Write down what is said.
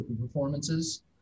performances